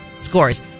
scores